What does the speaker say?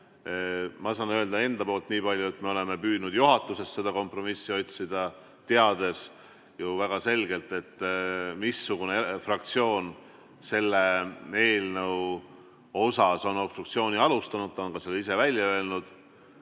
Ma saan öelda nii palju, et me oleme püüdnud ka juhatuses seda kompromissi otsida, teades ju väga selgelt, missugune fraktsioon selle eelnõu pärast on obstruktsiooni alustanud, ta on selle ka ise välja öelnud,